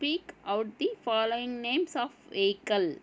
speak out the following names of vehicle